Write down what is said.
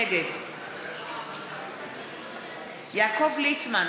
נגד יעקב ליצמן,